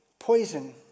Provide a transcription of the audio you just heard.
poison